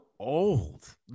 old